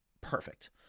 perfect